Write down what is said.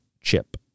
chip